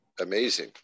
amazing